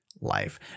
life